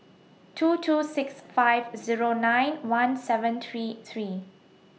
two two six five Zero nine one seven three three